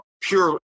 pure